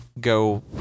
go